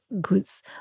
goods